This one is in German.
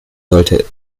sollte